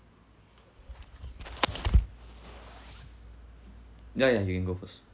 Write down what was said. ya ya you can go first